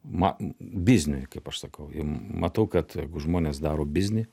ma bizniui kaip aš sakau jei matau kad jeigu žmonės daro biznį